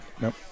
nope